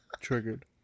Triggered